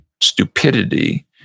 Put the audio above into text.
stupidity